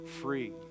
free